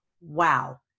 Wow